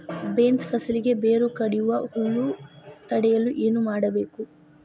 Beans ಫಸಲಿಗೆ ಬೇರು ಕಡಿಯುವ ಹುಳು ತಡೆಯಲು ಏನು ಮಾಡಬೇಕು?